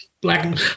black